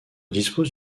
dispose